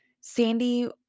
Sandy